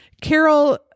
Carol